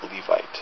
Levite